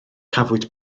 cafwyd